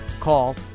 Call